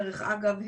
דרך אגב,